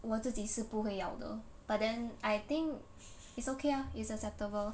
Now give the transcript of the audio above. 我自己是不会要的 but then I think it's okay ah it's acceptable